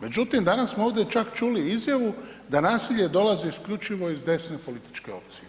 Međutim, danas smo ovdje čak čuli izjavu da nasilje dolazi isključivo iz desne političke opcije,